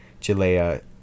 Jalea